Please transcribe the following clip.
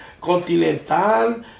Continental